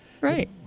Right